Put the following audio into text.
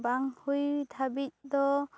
ᱵᱟᱝ ᱦᱩᱭ ᱫᱷᱟᱹᱵᱤᱡ ᱫᱚ